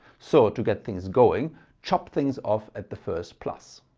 so to get things going chop things off at the first plus.